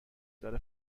داره